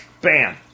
bam